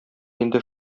инде